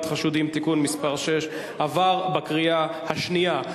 חשודים) (תיקון מס' 6) עברה בקריאה שנייה.